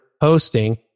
hosting